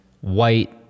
white